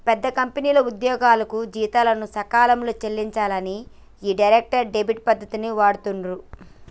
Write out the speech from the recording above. పెద్ద కంపెనీలు ఉద్యోగులకు జీతాలను సకాలంలో చెల్లించనీకి ఈ డైరెక్ట్ క్రెడిట్ పద్ధతిని వాడుతుర్రు